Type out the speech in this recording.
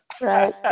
Right